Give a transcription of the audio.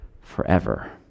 forever